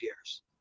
years